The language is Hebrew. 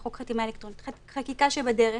חוק חתימה אלקטרונית וחקיקה שבדרך